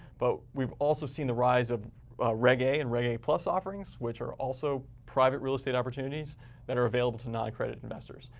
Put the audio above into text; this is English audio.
but we've also seen the rise of reg a and reg a plus offerings, which are also also private real estate opportunities that are available to non-accredited investors.